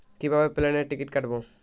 কিভাবে প্লেনের টিকিট কাটব?